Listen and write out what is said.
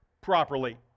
properly